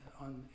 on